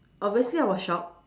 obviously I was shock